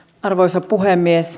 arvoisa puhemies